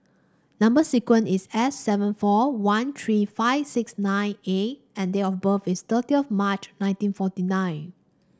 number sequence is S seven four one three five six nine A and date of birth is thirty of March nineteen forty nine